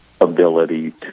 ability